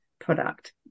product